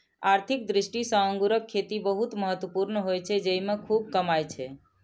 आर्थिक दृष्टि सं अंगूरक खेती बहुत महत्वपूर्ण होइ छै, जेइमे खूब कमाई छै